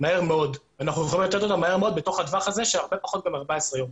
מהר מאוד בתוך הטווח הזה וגם הרבה פחות מ-14 ימים.